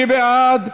מי בעד?